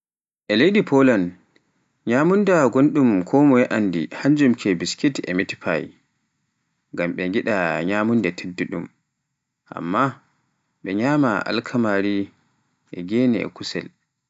E leydi Polan nyamunda gonɗum konmoye anndi e hannjum ke biskit e mitpiy ngam ɓe ngiɗa nyamunda teddu ɗum, amma ɓe nyama Alkamari e gene e kusel.